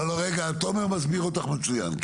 לא, תומר מסביר אותך מצוין.